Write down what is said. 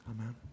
Amen